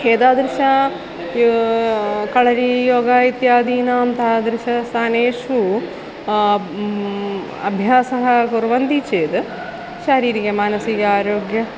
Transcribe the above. एतादृश कळरीयोग इत्यादीनां तादृशस्थानेषु ब् अभ्यासः कुर्वन्ति चेत् शारीरिकमानसिक आरोग्य